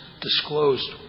disclosed